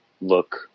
look